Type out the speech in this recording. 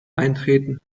eintreten